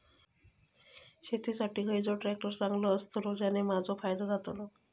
शेती साठी खयचो ट्रॅक्टर चांगलो अस्तलो ज्याने माजो फायदो जातलो?